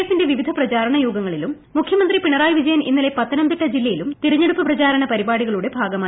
എഫിന്റെ വിവിധ പ്രചാരണ യോഗങ്ങളിലൂർ മുഖ്യമന്ത്രി പിണറായി വിജയൻ ഇന്നലെ പത്തനംതിട്ട ജില്ലയിലും ത്തെരഞ്ഞെടുപ്പ് പ്രചാരണ പരിപാടികളുടെ ഭാഗമായി